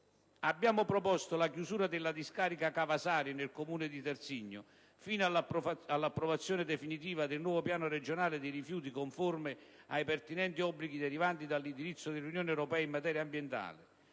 Abbiamo proposto la chiusura della discarica «Cava Sari» nel Comune di Terzigno fino all'approvazione definitiva del nuovo piano regionale dei rifiuti conforme ai pertinenti obblighi derivanti dagli indirizzi dell'Unione europea in materia ambientale,